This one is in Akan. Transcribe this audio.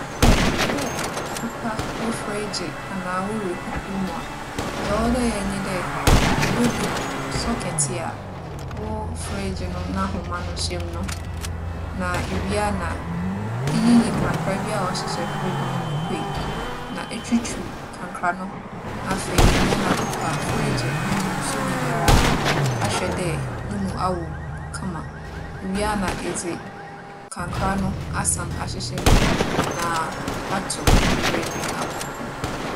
Sɛ epɛ dɛ epepa wo freegye anaa wo wirekuku mu a, dza ͻwͻ dɛ eyɛ nye dɛ ibodum sͻkɛtse a wo freegye no n'ahoma no hyɛ mu no. Na iwie a na eyiyi kankra biara a ͻhyehyɛ freegye no mu epue na etwutwuw kankra no ho. Na afei, iwie a na apepa freegye no mu nsu nyinara ahwɛ dɛ no mu awow kama. Iwie a na edze kankra no asan ahyehyɛ mu na atow freegye n'abow no mu.